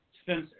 Spencer